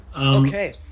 okay